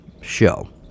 show